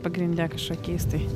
pagrinde kažkokiais tai